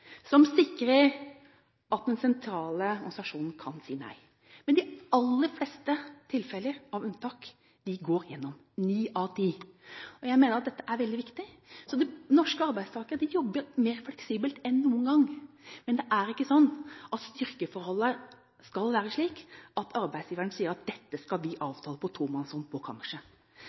som sikrer at den sentrale organisasjonen kan si nei. De aller fleste tilfeller av unntak går igjennom – ni av ti. Jeg mener at dette er veldig viktig. Norske arbeidstakere jobber mer fleksibelt enn noen gang, men styrkeforholdet skal ikke være slik at arbeidsgiveren sier at dette skal vi avtale på tomannshånd på